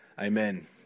Amen